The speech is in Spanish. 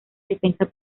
defensa